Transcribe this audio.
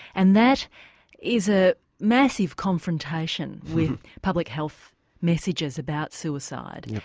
and that is a massive confrontation with public health messages about suicide,